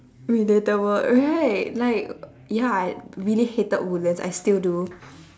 relatable right like ya I really hated woodlands I still do